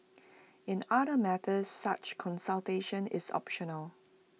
in other matters such consultation is optional